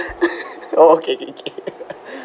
orh okay